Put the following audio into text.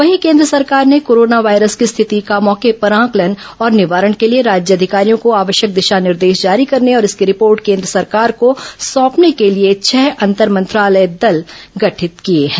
वहीं केंद्र सरकार ने कोरोना वायरस की स्थिति का मौके पर आंकलन और निवारण के लिए राज्य अधिकारियों को आवश्यक निर्देश जारी करने और इसकी रिपोर्ट केंद्र सरकार को सौंपने के लिए छह अंतर मंत्रालय दल गठित किए हैं